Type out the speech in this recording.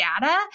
data